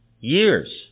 Years